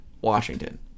Washington